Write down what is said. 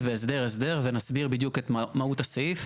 והסדר הסדר ונסביר בדיוק את מהות הסעיף.